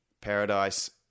Paradise